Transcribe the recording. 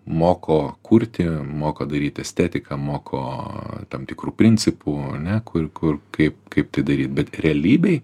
moko kurti moko daryt estetiką moko tam tikrų principų ane kur kur kaip kaip tai daryt bet realybėj